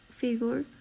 figure